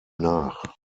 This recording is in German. nach